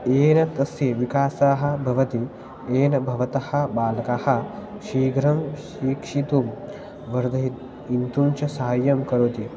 येन तस्य विकासः भवति येन भवतः बालकः शीघ्रं शिक्षितुं वर्धयितुम् इन्तुं च सहायं करोति